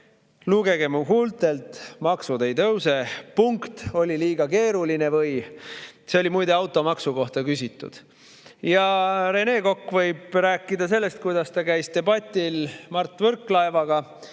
"Lugege mu huultelt: maksud ei tõuse. Punkt. Kas oli liiga keeruline või?" See oli muide automaksu kohta küsitud. Rene Kokk võib rääkida sellest, kuidas ta osales koos Mart Võrklaevaga